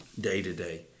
day-to-day